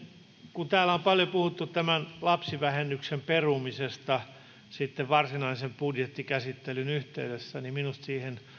kun täällä on paljon puhuttu lapsivähennyksen perumisesta sitten varsinaisen budjettikäsittelyn yhteydessä niin minusta siihen